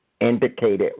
indicated